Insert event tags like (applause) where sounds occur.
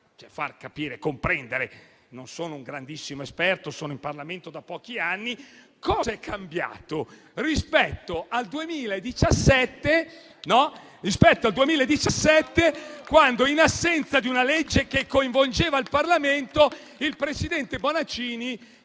non sono un grandissimo esperto, sono in Parlamento da pochi anni - cosa è cambiato rispetto al 2017, (applause) quando, in assenza di una legge che coinvolgeva il Parlamento, il presidente Bonaccini